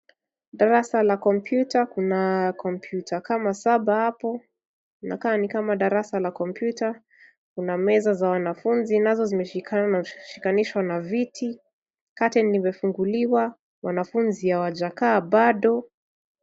Darasa la kompyuta kuna kompyuta kama saba hapo ,inakaa ni kama darasa la kompyuta kuna meza za wanafunzi nazo zimeshikanishwa na viti , curtain imefunguliwa, wanafunzi hawajakaa bado.